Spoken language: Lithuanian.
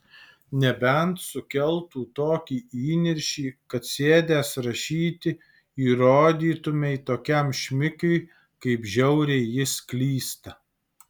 nebent sukeltų tokį įniršį kad sėdęs rašyti įrodytumei tokiam šmikiui kaip žiauriai jis klysta